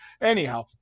Anyhow